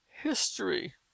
history